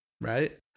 Right